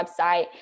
website